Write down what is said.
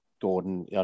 Gordon